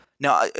Now